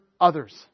others